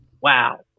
wow